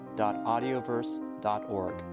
audioverse.org